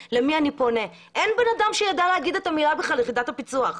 ותראו שאין אדם אחד שיודע להגיד בכלל את המילים "יחידת הפיצו"ח".